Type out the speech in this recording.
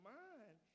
mind